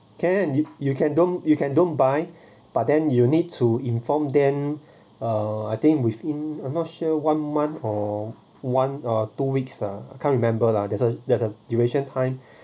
can you can don't you can don't buy but then you need to inform them uh I think within I'm not sure one month or one or two weeks ah can't remember lah there's a there's a duration time